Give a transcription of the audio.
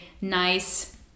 nice